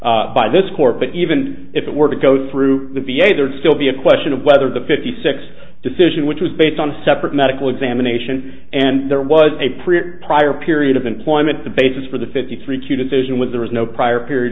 facts by this court but even if it were to go through the v a there'd still be a question of whether the fifty six decision which was based on separate medical examination and there was a pretty prior period of employment the basis for the fifty three q decision with there was no prior period